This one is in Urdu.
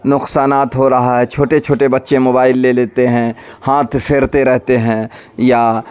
نقصانات ہو رہا ہے چھوٹے چھوٹے بچے موبائل لے لیتے ہیں ہانتھ پھیرتے رہتے ہیں یا